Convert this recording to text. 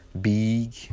big